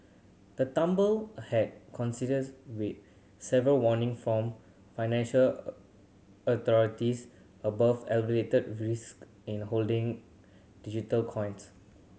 the tumble had coincides with several warning from financial authorities about elevated risk in holding digital coins